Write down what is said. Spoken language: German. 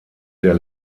der